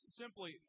simply